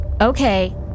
Okay